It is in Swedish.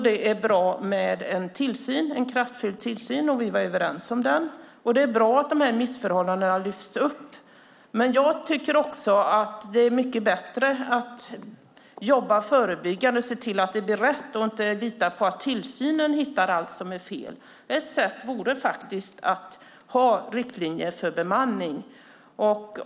Det är bra med en kraftfull tillsyn. Vi var överens om den. Det är bra att missförhållandena lyfts upp. Samtidigt tycker jag att det är mycket bättre att jobba förebyggande och se till att det blir rätt i stället för att lita på att tillsynen hittar det som är fel. Ett sätt vore att ha riktlinjer för bemanning.